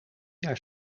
jaar